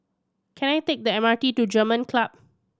can I take the M R T to German Club